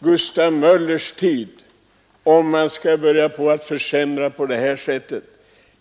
Gustav Möllers när man börjar försämra på det här sättet.